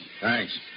Thanks